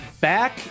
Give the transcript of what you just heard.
back